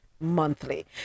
monthly